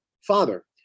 father